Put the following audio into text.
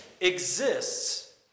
exists